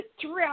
throughout